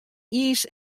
iis